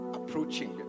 approaching